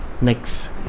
next